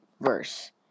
verse